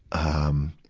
um,